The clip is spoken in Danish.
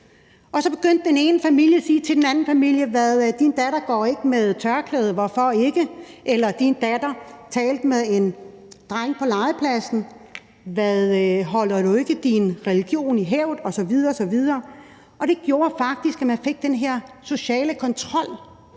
så begyndte den ene familie at sige til den anden familie: Din datter går ikke med tørklæde, hvorfor ikke? Eller: Din datter talte med en dreng på legepladsen, holder du ikke din religion i hævd osv. osv.? Kl. 11:57 Det gjorde faktisk, at man fik den her sociale kontrol